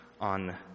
on